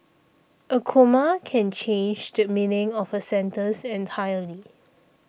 a comma can change the meaning of a sentence entirely